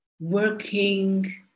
working